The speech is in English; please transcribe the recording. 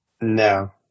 No